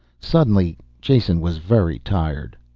suddenly jason was very tired.